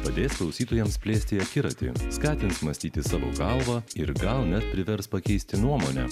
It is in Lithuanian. padės klausytojams plėsti akiratį skatins mąstyti savo galva ir gal net privers pakeisti nuomonę